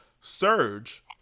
surge